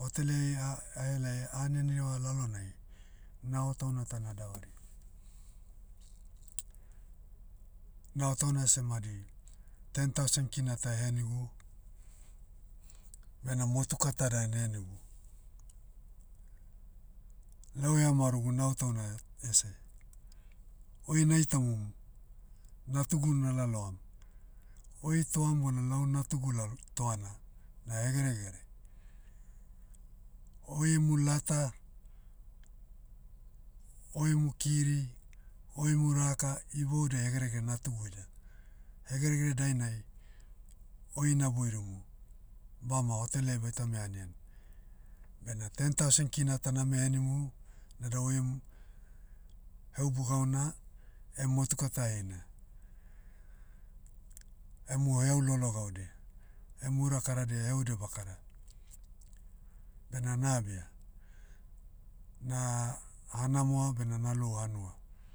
Hotelei ah- ahelai anianiva lalonai, nao tauna ta nadavaria. Nao tauna seh madi, ten thousand kina ta ehenigu, bena motuka ta dan ehenigu. Lau ehamaorogu nao tauna, ese, oi naitamum, natugu nalaloam. Oi toam bona lau natugu lal- toana, na hegeregere. Oi emu lata, oi emu kiri, oi emu raka, iboudia hegerege natugu ida. Hegeregere dainai, oi na boirimu, bama hotele ai baitame anian. Bena ten thousand kina ta name henimu, nada oem, heubu gauna, em motuka ta heina, emu heau loalo gaudia. Emu ura karadia heaudia bakara. Bena na abia. Na, hanamoa bena nalou hanua.